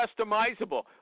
customizable